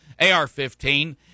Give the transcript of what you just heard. AR-15